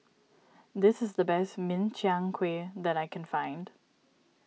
this is the best Min Chiang Kueh that I can find